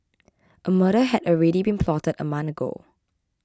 a murder had already been plotted a month ago